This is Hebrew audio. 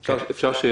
יש בעיה,